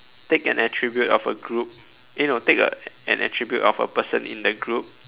take an attribute of a group eh no take a an attribute of a person in the group